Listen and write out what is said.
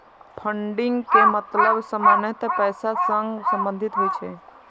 funding के मतलब सामान्यतः पैसा सं संबंधित होइ छै